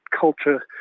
culture